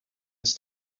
its